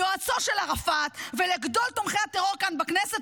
ליועצו של ערפאת ולגדול תומכי הטרור כאן בכנסת,